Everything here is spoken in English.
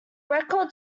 record